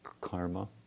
karma